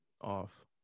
off